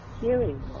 hearing